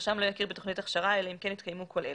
הרשם לא יכיר בתוכנית הכשרה אלא אם כן התקיימו כל אלה: